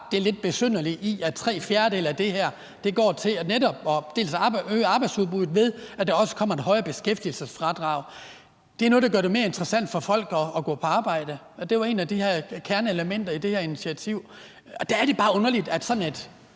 det lidt besynderlige i, at tre fjerdedele af det her netop går til at øge arbejdsudbuddet, ved at der også kommer et højere beskæftigelsesfradrag. Det er noget af det, der gør det mere interessant for folk at gå på arbejde, og det er jo et af kerneelementerne i det her initiativ. Der er det bare underligt, at sådan et